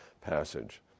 passage